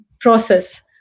process